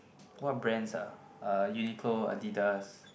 what brands ah uh Uniqlo Adidas